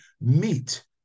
meet